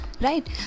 right